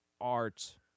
art